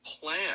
plan